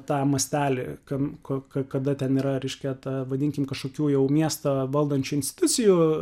tą mastelį kam ko kada ten yra reiškia ta vadinkim kažkokių jau miestą valdančių institucijų